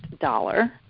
dollar